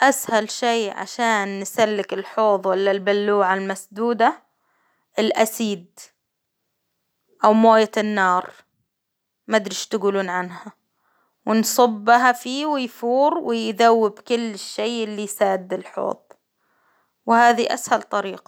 أسهل شي عشان نسلك الحوض ولا البلوعة المسدودة، الأسيد أو موية النار، مدري إيش تقولون عنها، ونصبها فيه ويفور ويذوب كل الشي اللي ساد الحوض، وهذي أسهل طريقة.